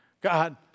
God